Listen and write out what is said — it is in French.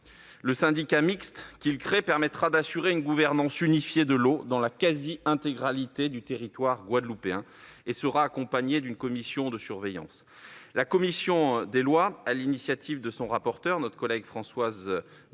Le syndicat mixte qu'il crée permettra d'assurer une gouvernance unifiée de l'eau dans la quasi-intégralité du territoire guadeloupéen et sera accompagné d'une commission de surveillance. La commission des lois, sur l'initiative de son rapporteur, notre collègue Françoise Dumont,